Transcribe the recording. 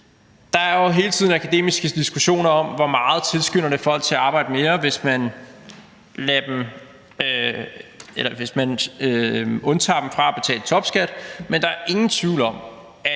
Der er jo hele tiden akademiske diskussioner om, hvor meget det tilskynder folk til at arbejde mere, hvis man undtager dem fra at betale topskat, men der er ingen tvivl om, at